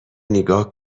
نیگا